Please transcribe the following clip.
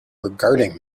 regarding